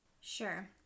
Sure